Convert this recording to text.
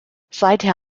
seither